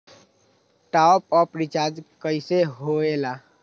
Top up recharge कइसे होएला?